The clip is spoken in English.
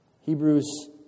Hebrews